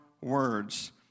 words